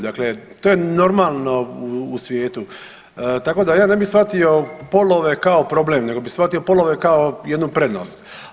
Dakle, to je normalno u svijetu, tako da ja ne bih shvatio polove kao problem, nego bih shvatio polove kao jednu prednost.